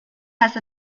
has